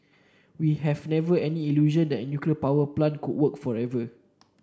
we have never any illusion that the nuclear power plant could work forever